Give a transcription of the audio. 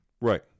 right